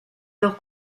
leur